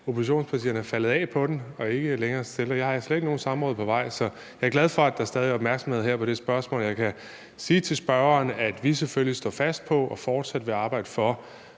oppositionspartierne er faldet af på den, og jeg har slet ikke nogen samråd på vej. Så jeg er glad for, at der stadig er opmærksomhed på det her spørgsmål. Jeg kan sige til spørgeren, at vi selvfølgelig står fast på og fortsat vil arbejde for